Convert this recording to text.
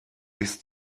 ist